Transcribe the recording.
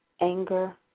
anger